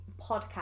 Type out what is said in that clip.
podcast